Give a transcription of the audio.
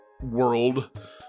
world